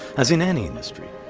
as in any industry,